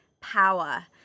power